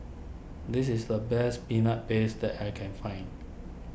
this is the best Peanut Paste that I can find